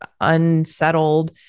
unsettled